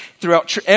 Throughout